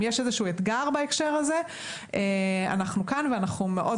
אם יש איזה אתגר בהקשר הזה אנחנו כאן ואנחנו מאוד